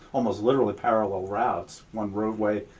almost literally, parallel routes, one roadway